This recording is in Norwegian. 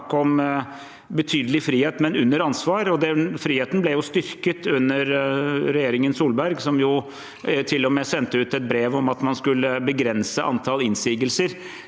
om betydelig frihet, men under ansvar. Den friheten ble jo styrket under regjeringen Solberg, som til og med sendte ut et brev om at man skulle begrense antall innsigelser